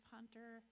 Hunter